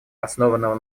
основанного